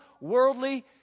worldly